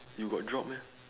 you got drop meh